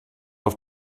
auf